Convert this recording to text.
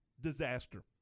disaster